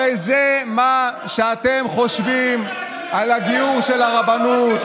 הרי זה מה שאתם חושבים על הגיור של הרבנות.